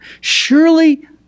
Surely